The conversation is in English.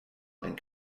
and